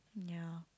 ya